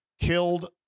killed